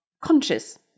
conscious